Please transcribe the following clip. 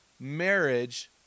Marriage